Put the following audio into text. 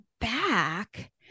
back